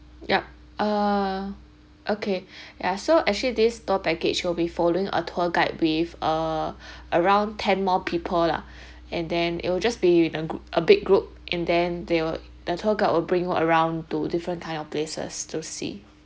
ya uh okay ya so actually this tour package you'll be following a tour guide with uh around ten more people lah and then it will just be the group a big group and then they will the tour guide will bring you around to different kind of places to see